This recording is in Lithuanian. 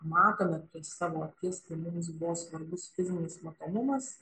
matome prieš savo akis tai mums svarbus buvo fizinis matomumas